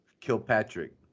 Kilpatrick